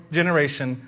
generation